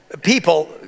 people